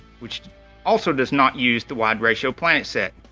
wich also does not use the wide ratio plant set.